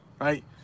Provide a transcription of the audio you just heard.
right